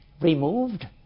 removed